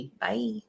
Bye